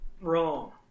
Wrong